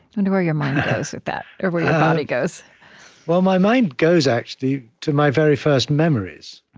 wonder where your mind goes with that, or where your body goes well, my mind goes, actually, to my very first memories.